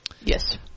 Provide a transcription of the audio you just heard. Yes